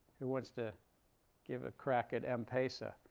who wants to give a crack at m-pesa?